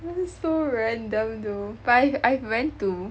that is so random though but I~ I've went to